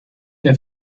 der